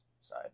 side